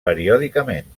periòdicament